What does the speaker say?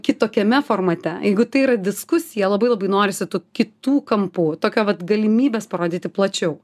kitokiame formate jeigu tai yra diskusija labai labai norisi tų kitų kampų tokio vat galimybės parodyti plačiau